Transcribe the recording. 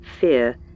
fear